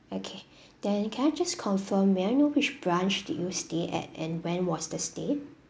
okay then can I just confirm may I know which branch did you stay at and when was the stay